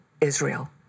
Israel